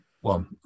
one